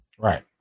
Right